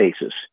basis